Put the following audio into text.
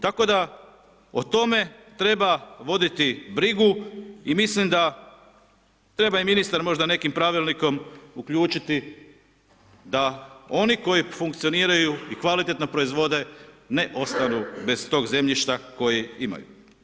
Tako da o tome treba voditi brigu i mislim da treba i ministar možda nekim pravilnikom uključiti da oni koji funkcioniraju i kvalitetno proizvode, ne ostanu bez tog zemljišta koje imaju.